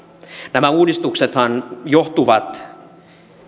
nämä uudistuksethan johtuvat